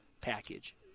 package